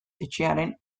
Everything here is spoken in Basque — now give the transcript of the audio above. etxearen